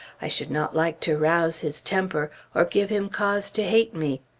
i should not like to rouse his temper, or give him cause to hate me.